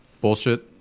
bullshit